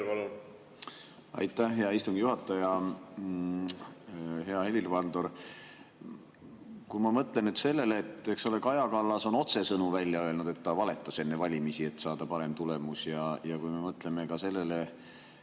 Aitäh, hea istungi juhataja! Hea Helir-Valdor! Mõtleme sellele, et Kaja Kallas on otsesõnu välja öelnud, et ta valetas enne valimisi, et saada parem tulemus, ja mõtleme ka sellele,